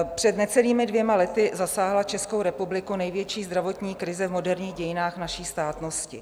Před necelými dvěma lety zasáhla Českou republiku největší zdravotní krize v moderních dějinách naší státnosti.